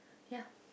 ya